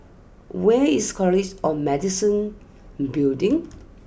where is College or Medicine Building